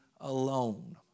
alone